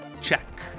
Check